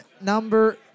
number